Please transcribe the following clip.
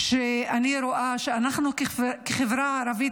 כשאני רואה שאנחנו כחברה ערבית,